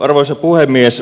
arvoisa puhemies